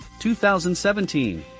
2017